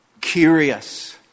curious